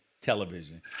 television